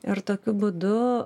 ir tokiu būdu